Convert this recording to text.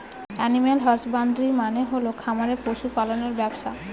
animal husbandry মানে হল খামারে পশু পালনের ব্যবসা